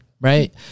right